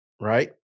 right